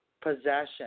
possession